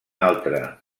altre